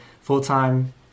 full-time